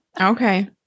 Okay